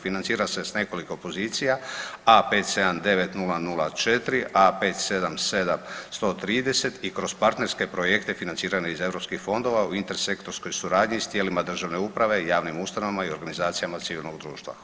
Financira se s nekoliko pozicija, A579004 A577130i kroz partnerske projekte financirane iz europskih fondova u intersektorskoj suradnji s tijelima državne uprave i javnim ustanovama i organizacijama civilnog društva.